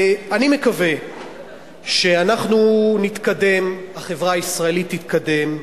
אני מקווה שאנחנו נתקדם, החברה הישראלית תתקדם,